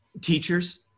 teachers